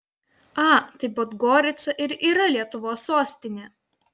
a tai podgorica ir yra lietuvos sostinė